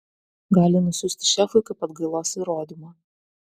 gali nusiųsti šefui kaip atgailos įrodymą